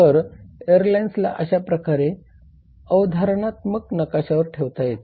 तर एअरलाइन्सला अशा प्रकारे अवधारणात्मक नकाशावर ठेवता येते